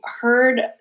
heard